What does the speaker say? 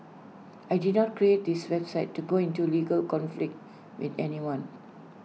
I did not create this website to go into A legal conflict with anyone